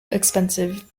expensive